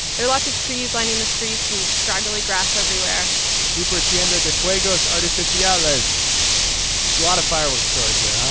there are lots of trees lining the streets and scraggly grass everywhere super tienda de fuegos artificiales. ah there's a lot of fireworks stores here,